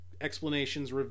explanations